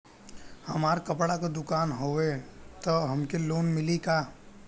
हमार कपड़ा क दुकान हउवे त हमके लोन मिली का?